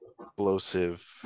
explosive